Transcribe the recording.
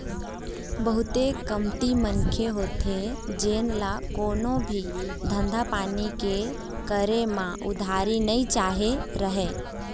बहुते कमती मनखे होथे जेन ल कोनो भी धंधा पानी के करे म उधारी नइ चाही रहय